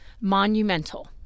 monumental